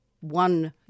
one